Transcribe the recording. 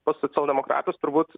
pas socialdemokratus turbūt